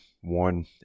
one